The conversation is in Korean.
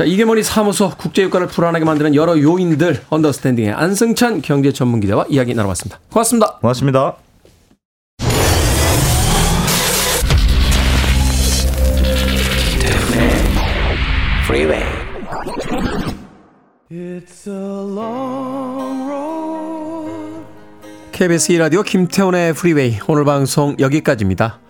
자, 이게 머니 사무소, 국제유가를 불안하게 만드는 여러 요인들, 언더스탠딩의 안승찬 경제전문기자와 이야기 나눠봤습니다. 고맙습니다. 고맙습니다. KBS E라디오 김태훈의 프리웨이, 오늘 방송 여기까지입니다.